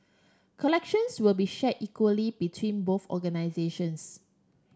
collections will be share equally between both organisations